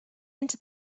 into